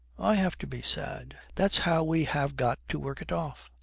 i have to be sad. that's how we have got to work it off.